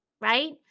right